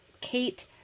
Kate